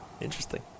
Interesting